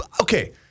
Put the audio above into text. Okay